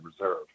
reserve